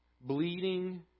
bleeding